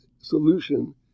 solution